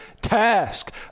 task